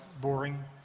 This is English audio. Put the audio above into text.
boring